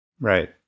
Right